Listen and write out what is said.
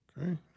Okay